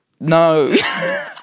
no